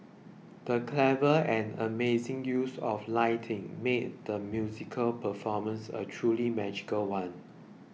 the clever and amazing use of lighting made the musical performance a truly magical one